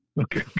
Okay